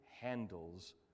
handles